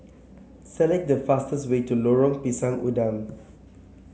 select the fastest way to Lorong Pisang Udang